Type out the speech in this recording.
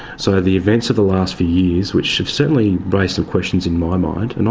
so the events of the last few years, which have certainly raised and questions in my mind, and